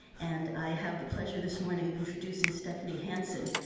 and i have the pleasure this morning of introducing stephanie hanson,